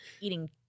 eating